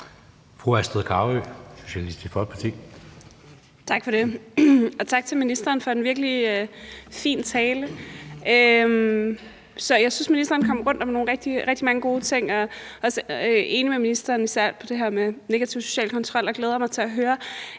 Astrid Carøe (SF): Tak for det, og tak til ministeren for en virkelig fin tale. Jeg synes, ministeren kom rundt om rigtig mange gode ting, og jeg er også enig med ministeren, især om det her med negativ social kontrol, og jeg glæder mig til at høre,